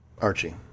Archie